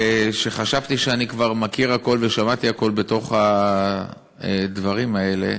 שחשבתי שאני כבר מכיר הכול ושמעתי הכול בדברים האלה,